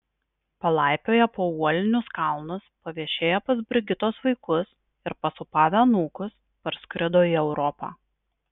palaipioję po uolinius kalnus paviešėję pas brigitos vaikus ir pasūpavę anūkus parskrido į europą